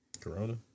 Corona